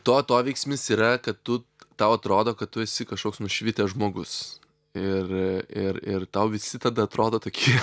to atoveiksmis yra kad tu tau atrodo kad tu esi kažkoks nušvitęs žmogus ir ir ir tau visi tada atrodo tokie